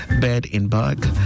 bed-in-bag